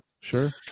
Sure